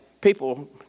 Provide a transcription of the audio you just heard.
people